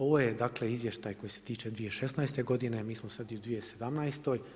Ovo je dakle izvještaj koji se tiče 2016. godine, mi smo sad u 2017.